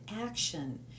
action